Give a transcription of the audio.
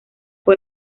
fue